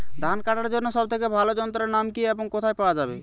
ধান কাটার জন্য সব থেকে ভালো যন্ত্রের নাম কি এবং কোথায় পাওয়া যাবে?